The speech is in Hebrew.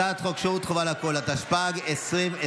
הצעת חוק שירות חובה לכול, התשפ"ג 2023,